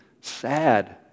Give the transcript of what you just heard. sad